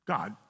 God